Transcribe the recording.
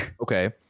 okay